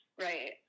right